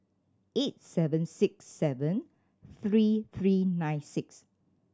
eight seven six seven three three nine six